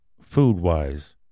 food-wise